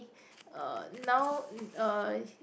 uh now uh